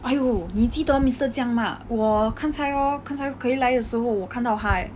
!aiyo! 你记得 mister jiang 吗我刚才 hor 刚才回来的时候我看到他 eh